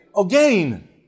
again